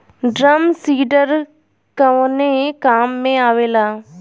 Drum seeder कवने काम में आवेला?